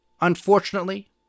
unfortunately